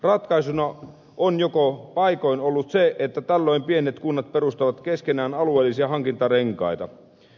ratkaisuna on jo paikoin ollut se että tällaiset pienet kunnat perustavat keskenään alueellisia hankintarenkaita